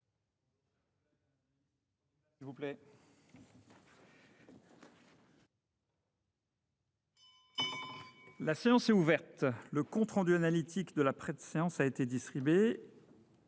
La séance est ouverte. Le compte rendu analytique de la précédente séance a été distribué.